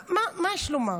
מה, מה יש לומר,